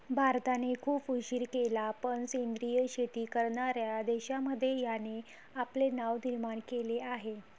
भारताने खूप उशीर केला पण सेंद्रिय शेती करणार्या देशांमध्ये याने आपले नाव निर्माण केले आहे